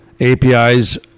API's